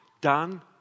done